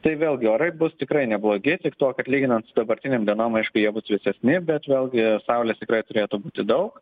tai vėlgi orai bus tikrai neblogi tik tuo kad lyginant su dabartinėm dienom aišku jie bus vėsesni bet vėlgi saulės tikrai turėtų būti daug